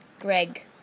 Greg